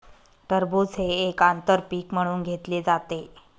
टरबूज हे एक आंतर पीक म्हणून घेतले जाते